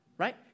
right